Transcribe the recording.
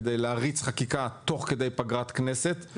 כדי להריץ חקיקה תוך כדי פגרת כנסת,